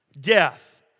Death